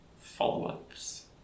follow-ups